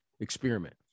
experiment